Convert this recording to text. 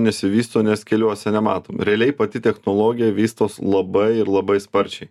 nesivysto nes keliuose nematom realiai pati technologija vystos labai labai sparčiai